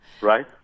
right